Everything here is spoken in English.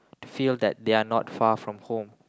feel that they are not far from home